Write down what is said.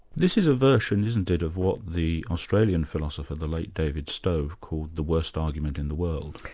this is a version, isn't it, of what the australian philosopher, the late david stove, called the worst argument in the world?